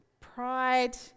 Pride